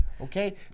okay